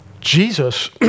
Jesus